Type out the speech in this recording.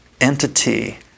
entity